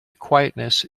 quietness